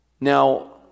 now